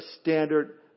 standard